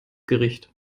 gericht